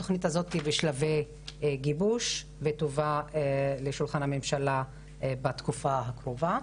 התוכנית הזאת היא בשלבי גיבוש ותובא לשולחן הממשלה בתקופה הקרובה.